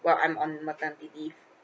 while I'm in maternity leave